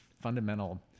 fundamental